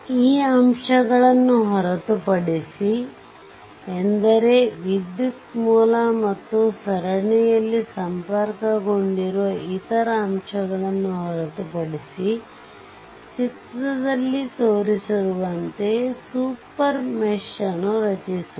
ಈ ಅಂಶಗಳನ್ನು ಹೊರತುಪಡಿಸಿ ಎಂದರೆ ವಿದ್ಯುತ್ ಮೂಲ ಮತ್ತು ಸರಣಿಯಲ್ಲಿ ಸಂಪರ್ಕಗೊಂಡಿರುವ ಇತರ ಅಂಶಗಳನ್ನು ಹೊರತುಪಡಿಸಿ ಚಿತ್ರದಲ್ಲಿ ತೋರಿಸಿರುವಂತೆ ಸೂಪರ್ ಮೆಶ್ ಅನ್ನು ರಚಿಸುವ